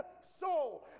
soul